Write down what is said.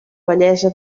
bellesa